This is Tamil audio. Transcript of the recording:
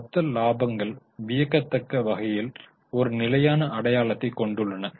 மொத்த இலாபங்கள் வியக்கத்தக்க வகையில் ஒரு நிலையான அடையாளத்தை கொண்டுள்ளன